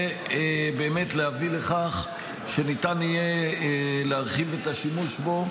ובאמת להביא לכך שניתן יהיה להרחיב את השימוש בו.